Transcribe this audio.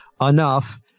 enough